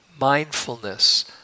Mindfulness